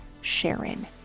sharon